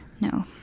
no